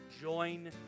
join